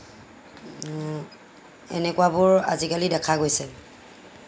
এনেকুৱাবোৰ আজিকালি দেখা গৈছে